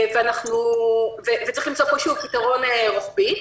צריך למצוא פה פתרון רוחבי.